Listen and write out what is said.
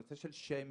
בנושא של שיימינג,